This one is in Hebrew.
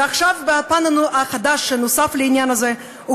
ועכשיו הפן החדש שנוסף לעניין הזה הוא